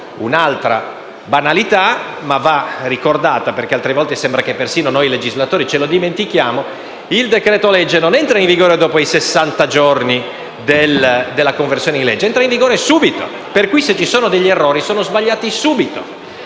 un'altra banalità, ma va ricordata perché altre volte sembra che persino noi legislatori ce lo dimentichiamo: il decreto-legge non entra in vigore dopo sessanta giorni dalla conversione in legge, ma entra in vigore subito. Quindi, se ci sono errori, sono sbagliati subito.